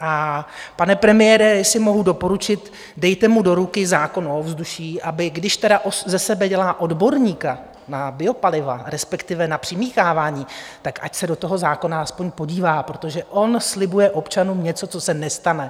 A pane premiére, jestli mohu doporučit, dejte mu do ruky zákon o ovzduší, aby, když tedy ze sebe dělá odborníka na biopaliva, respektive na přimíchávání, tak ať se do toho zákona aspoň podívá, protože on slibuje občanům něco, co se nestane.